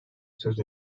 söz